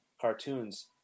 cartoons